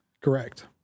Correct